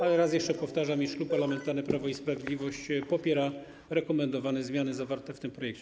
Ale raz jeszcze powtarzam, iż Klub Parlamentarny Prawo i Sprawiedliwość popiera rekomendowane zmiany zawarte w tym projekcie.